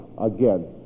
again